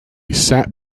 sat